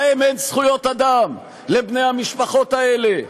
להם אין זכויות אדם, לבני המשפחות האלה?